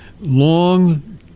long